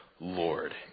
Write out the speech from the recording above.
Lord